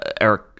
Eric